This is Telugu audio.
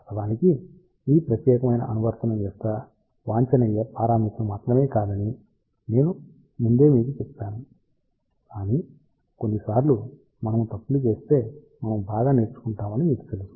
వాస్తవానికి ఈ ప్రత్యేకమైన అనువర్తనం యొక్క వాంఛనీయ పారామితులు మాత్రమే కాదని నేను ముందే మీకు చెప్తాను కాని కొన్నిసార్లు మనము తప్పులు చేస్తే మనము బాగా నేర్చుకుంటామని మీకు తెలుసు